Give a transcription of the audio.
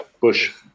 Bush